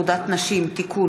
הצעת חוק עבודת נשים (תיקון,